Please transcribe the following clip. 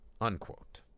Unquote